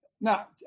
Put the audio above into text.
Now